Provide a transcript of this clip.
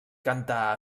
cantà